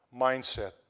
mindset